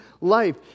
life